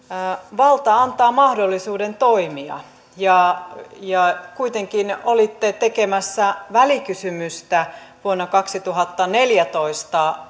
valta antaa mahdollisuuden toimia ja ja kuitenkin olitte tekemässä välikysymystä vuonna kaksituhattaneljätoista